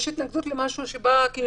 יש התנגדות למשהו שבא לכפות,